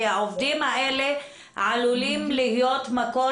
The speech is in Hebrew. כי העובדים האלה עלולים להיות מקור